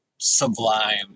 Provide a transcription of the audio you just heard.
sublime